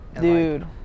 Dude